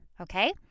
okay